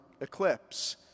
eclipse